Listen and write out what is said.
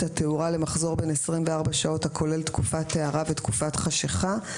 התאורה למחזור בן 24 שעות הכולל תקופת הארה ותקופת חשיכה.